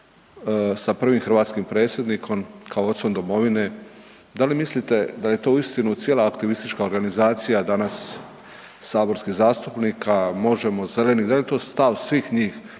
sa prvim hrvatskim predsjednikom kao ocom domovine. Da li mislite da je to uistinu cijela aktivistička organizacija danas, saborski zastupnika Možemo, zeleni, da li je to stav svih njih,